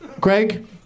Greg